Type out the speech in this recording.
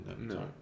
No